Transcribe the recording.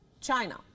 China